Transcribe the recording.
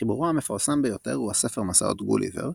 חיבורו המפורסם ביותר הוא הספר "מסעות גוליבר",